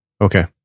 Okay